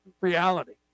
reality